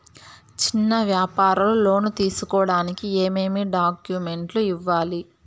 చిన్న వ్యాపారులు లోను తీసుకోడానికి ఏమేమి డాక్యుమెంట్లు ఇవ్వాలి?